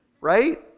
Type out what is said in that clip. Right